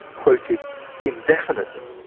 quoted indefinitely.